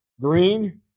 green